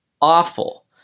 awful